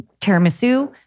tiramisu